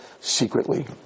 secretly